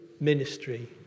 ministry